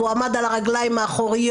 והוא עמד על הרגליים האחוריות.